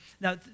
Now